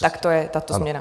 Tak to je tato změna.